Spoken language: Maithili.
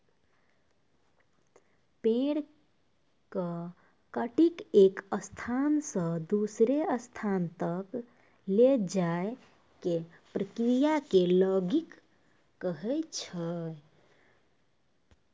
पेड़ कॅ काटिकॅ एक स्थान स दूसरो स्थान तक लै जाय के क्रिया कॅ लॉगिंग कहै छै